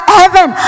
heaven